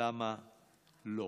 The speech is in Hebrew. למה לא.